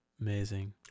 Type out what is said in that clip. amazing